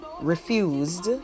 refused